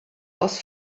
aus